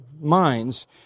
minds